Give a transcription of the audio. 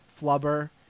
Flubber